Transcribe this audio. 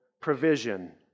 provision